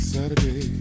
Saturday